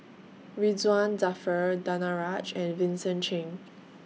Ridzwan Dzafir Danaraj and Vincent Cheng